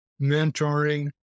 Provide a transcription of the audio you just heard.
mentoring